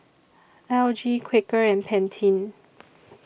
L G Quaker and Pantene